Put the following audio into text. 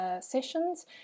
sessions